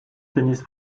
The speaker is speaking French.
tennis